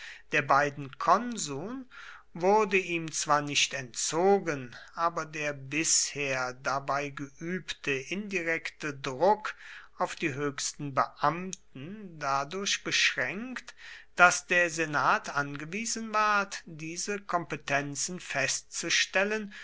der beiden konsuln wurde ihm zwar nicht entzogen aber der bisher dabei geübte indirekte druck auf die höchsten beamten dadurch beschränkt daß der senat angewiesen ward diese kompetenzen festzustellen